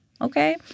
Okay